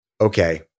Okay